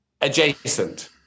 Adjacent